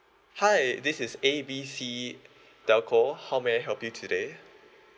hi this is A B C telco how may I help you today